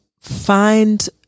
find